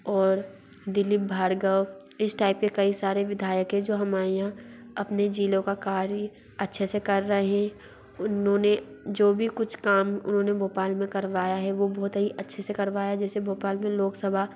और दिलीप भार्गव इस टाइप के कई सारे विधायक हैं जो हमाए यहाँ अपने ज़िलों का कार्य अच्छे से कर रहे हैं उन्होंने जो भी कुछ काम उन्होंने भोपाल में करवाया है वो बहुत ही अच्छे से करवाया है जैसे भोपाल में लोकसभा